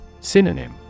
Synonym